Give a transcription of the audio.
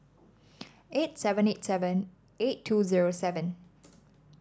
eight seven eight seven eight two zero seven